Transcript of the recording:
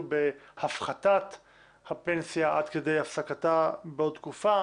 בהפחתת הפנסיה עד כדי הפסקתה בעוד תקופה.